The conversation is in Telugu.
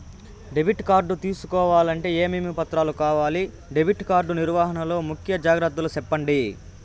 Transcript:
డెబిట్ కార్డు తీసుకోవాలంటే ఏమేమి పత్రాలు కావాలి? డెబిట్ కార్డు నిర్వహణ లో ముఖ్య జాగ్రత్తలు సెప్పండి?